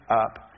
up